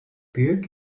büyük